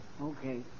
Okay